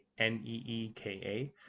NEEKA